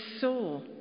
saw